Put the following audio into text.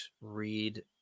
read